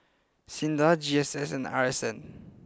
Sinda G S S and R S N